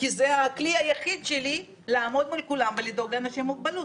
אלא כי זה הכלי היחיד שלי לעמוד מול כולם ולדאוג לאנשים עם מוגבלות.